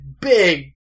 big